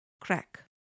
crack